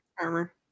armor